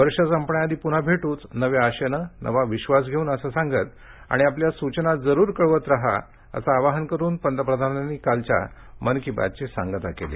वर्ष संपण्याआधी पुन्हा भेटूच नव्या आशेने नवा विश्वास घेऊन असे सांगत आणि आपल्या सूचना जरूर कळवत रहा असे आवाहन करुन पंतप्रधानांनी कालच्या मन की बात ची सांगता केली